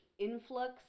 influx